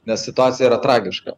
nes situacija yra tragiška